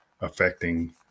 affecting